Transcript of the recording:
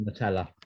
Nutella